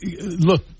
look